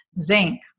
zinc